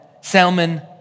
Salmon